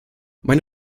meine